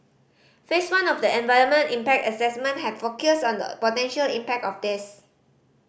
Phase One of the environmental impact assessment had focused on the potential impact of this